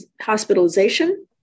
hospitalization